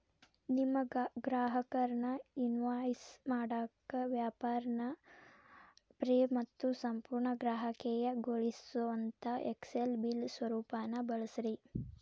ನಿಮ್ಮ ಗ್ರಾಹಕರ್ನ ಇನ್ವಾಯ್ಸ್ ಮಾಡಾಕ ವ್ಯಾಪಾರ್ನ ಫ್ರೇ ಮತ್ತು ಸಂಪೂರ್ಣ ಗ್ರಾಹಕೇಯಗೊಳಿಸೊಅಂತಾ ಎಕ್ಸೆಲ್ ಬಿಲ್ ಸ್ವರೂಪಾನ ಬಳಸ್ರಿ